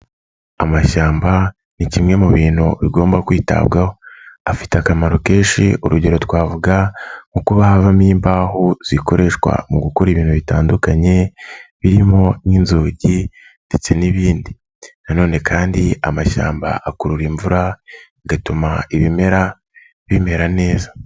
Amashyamba ni kimwe mu bintu bigomba kwitabwaho. Afite akamaro kenshi urugero twavuga nko kuba havamo imbaho zikoreshwa mu gukora ibintu bitandukanye, birimo nk'inzugi ndetse n'ibindi na none kandi amashyamba akurura imvura, bigatuma ibimera bimera neza.